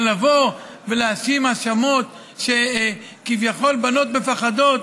אבל לבוא ולהאשים האשמות שכביכול הבנות האלה מפחדות,